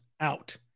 out